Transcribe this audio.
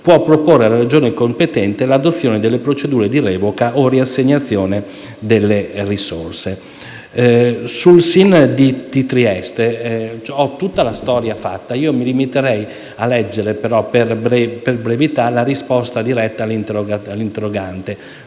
può proporre alla Regione competente l'adozione delle procedure di revoca o riassegnazione delle risorse. Sul SIN di Trieste ho tutta la storia scritta, ma mi limiterei, per brevità, a leggere la risposta diretta all'interrogante,